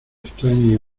extraña